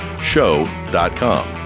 show.com